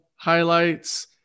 Highlights